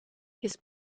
his